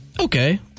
Okay